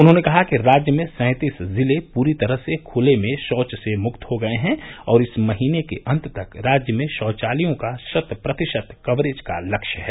उन्होंने कहा कि राज्य में सैंतीस जिले पूरी तरह से खुले में शौच मुक्त हो गये हैं और इस महीने के अन्त तक राज्य में शौचालयों का शत प्रतिशत कवरेज का लक्ष्य है